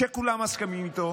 שכולם מסכימים עליו,